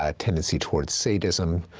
ah tendency towards sadism,